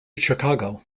chicago